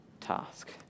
task